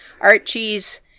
Archie's